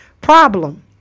problem